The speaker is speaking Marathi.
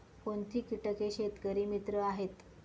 कोणती किटके शेतकरी मित्र आहेत?